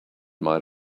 might